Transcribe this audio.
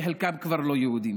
שחלקם כבר לא יהודים.